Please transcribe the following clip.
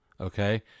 Okay